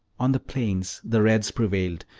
on the plains the reds prevailed,